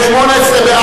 לשנת הכספים 2011,